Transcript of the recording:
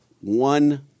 one